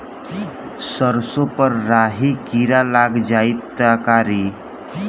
सरसो पर राही किरा लाग जाई त का करी?